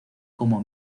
como